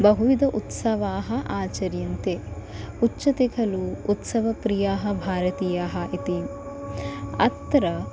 बहुविधाः उत्सवाः आचर्यन्ते उच्यते खलु उत्सवप्रियाः भारतीयाः इति अत्र